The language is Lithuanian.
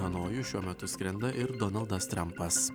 hanojų šiuo metu skrenda ir donaldas trampas